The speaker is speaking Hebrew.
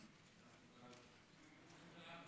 ההצעה להעביר את